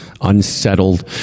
unsettled